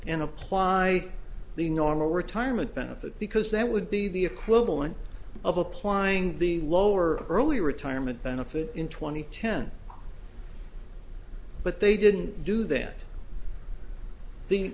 and apply the normal retirement benefit because that would be the equivalent of applying the lower early retirement benefit in two thousand and ten but they didn't do that th